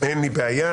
אין לי בעיה.